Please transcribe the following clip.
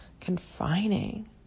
confining